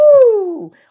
Woo